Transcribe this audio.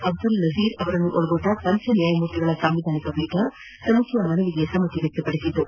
ಅಬ್ದುಲ್ ನಜೀರ್ ಅವರನ್ನು ಒಳಗೊಂಡ ಪಂಚ ನ್ಯಾಯಮೂರ್ತಿಗಳ ಸಾಂವಿಧಾನಿಕ ಪೀಠ ಸಮಿತಿಯ ಮನವಿಗೆ ಸಮ್ನತಿಸಿತು